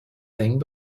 thing